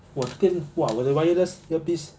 哇天哇我的 wireless earpiece